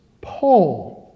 Paul